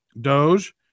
Doge